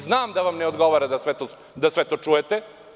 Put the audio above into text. Znam da vam ne odgovara da sve to slušate.